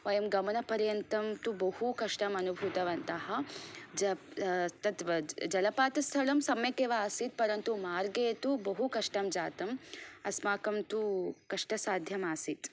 वयं गमन पर्यन्तं तु बहु कष्टम् अनुभूतवन्तः जब् तद्वद् जलपातस्थलं सम्यक् एव आसीत् परन्तु मार्गे तु बहु कष्टं जातम् अस्माकं तु कष्टसाध्यम् आसीत्